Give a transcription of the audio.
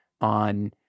on